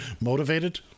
Motivated